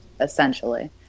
essentially